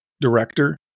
director